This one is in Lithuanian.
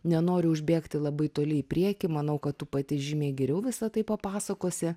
nenoriu užbėgti labai toli į priekį manau kad tu pati žymiai geriau visa tai papasakosi